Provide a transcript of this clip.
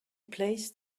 placed